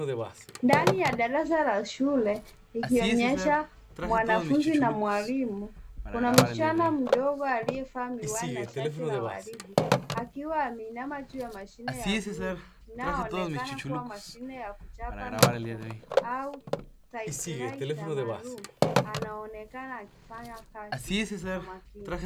Ndami ya darasa la shule, ikionyesha mwanafunzi na mwalimu. Kuna msichana mdogo aliyevaa miwani na shati la waridi akiwa ameinama juu ya mashine ya bluu inaoonekana kama mashine ya kuchapa nukta au typewriter maalum. Anaonekana akifanya kazi kwa makini.